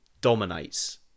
dominates